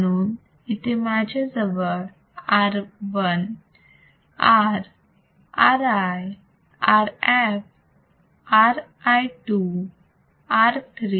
म्हणून इथे माझ्याजवळ R1 R RI Rf Ri2 R3 Rf